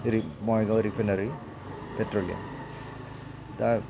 ओरै Bongaigaon refinery petroleum दा